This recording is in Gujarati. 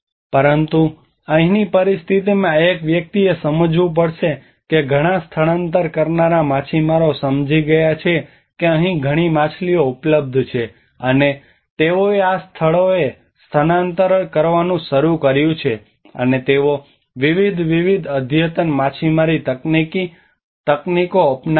પરંતુ અહીંની પરિસ્થિતિમાં એક વ્યક્તિએ સમજવું પડશે કે ઘણા સ્થળાંતર કરનારા માછીમારો સમજી ગયા છે કે અહીં ઘણી માછલીઓ ઉપલબ્ધ છે અને તેઓએ આ સ્થળોએ સ્થળાંતર કરવાનું શરૂ કર્યું અને તેઓ વિવિધ વિવિધ અદ્યતન માછીમારી તકનીકો અપનાવી હતી